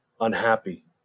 unhappy